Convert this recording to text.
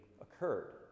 occurred